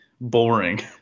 boring